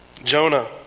Jonah